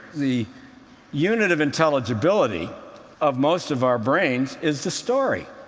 the unit of intelligibility of most of our brains is the story.